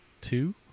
two